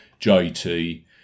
JT